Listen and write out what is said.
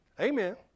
Amen